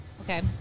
okay